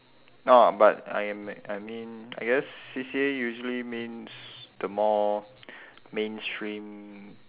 orh but I me~ I mean I guess C_C_A usually means the more mainstream